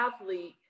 athlete